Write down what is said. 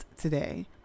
today